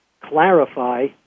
clarify